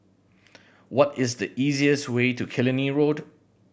what is the easiest way to Killiney Road